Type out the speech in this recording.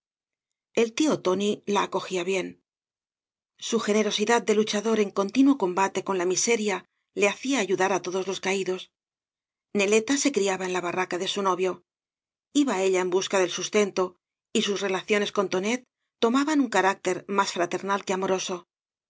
el tío tóni la acogía bien su generosidad de luchador ea continuo combate con la miseria le hacia ayudar á todos los caidos neleta se criaba en la barraca de su novio iba á ella en busca del sustento y sus relaciones con tonet tomaban un carácter más fraternal que amoroso